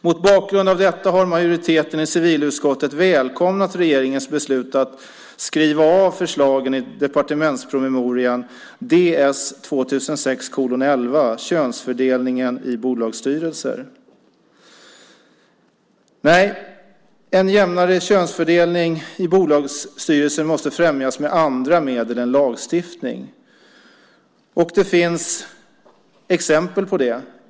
Mot bakgrund av detta har majoriteten i civilutskottet välkomnat regeringens beslut att skriva av förslagen i departementspromemorian Ds 2006:11, Könsfördelningen i bolagsstyrelser . Nej, en jämnare könsfördelning i bolagsstyrelser måste främjas med andra medel än lagstiftning. Det finns exempel på det.